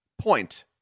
point